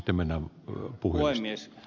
arvoisa puhemies